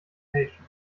education